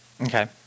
okay